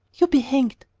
you be hanged!